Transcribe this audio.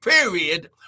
period